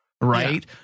right